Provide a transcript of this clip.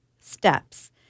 steps